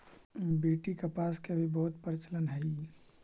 BT कपास के अभी बहुत प्रचलन हई